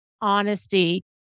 honesty